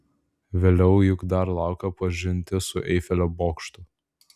vėliau juk dar laukia pažintis su eifelio bokštu